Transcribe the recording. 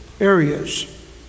areas